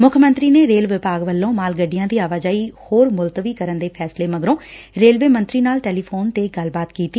ਮੁੱਖ ਮੰਤਰੀ ਨੇ ਰੇਲ ਵਿਭਾਗ ਵੱਲੋਂ ਮਾਲ ਗੱਡੀਆਂ ਦੀ ਆਵਾਜਾਈ ਹੋਰ ਮੁਲਤਵੀ ਕਰਨ ਦੇ ਫੈਸਲੇ ਮਗਰੋਂ ਰੇਲਵੇ ਮੰਤਰੀ ਨਾਲ ਟੈਲੀਫੋਨ ਤੇ ਗੱਲਬਾਤ ਕੀਤੀ